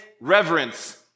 reverence